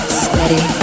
steady